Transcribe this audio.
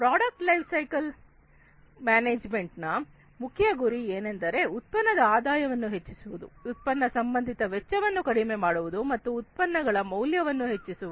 product life cycle management ನ ಮುಖ್ಯ ಗುರಿ ಏನೆಂದರೆ ಉತ್ಪನ್ನದ ಆದಾಯವನ್ನು ಹೆಚ್ಚಿಸುವುದು ಉತ್ಪನ್ನ ಸಂಬಂಧಿತ ವೆಚ್ಚವನ್ನು ಕಡಿಮೆ ಮಾಡುವುದು ಮತ್ತು ಉತ್ಪನ್ನಗಳ ಮೌಲ್ಯವನ್ನು ಹೆಚ್ಚಿಸುವುದು